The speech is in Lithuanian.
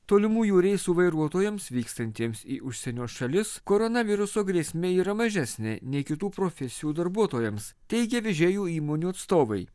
tolimųjų reisų vairuotojams vykstantiems į užsienio šalis koronaviruso grėsmė yra mažesnė nei kitų profesijų darbuotojams teigia vežėjų įmonių atstovai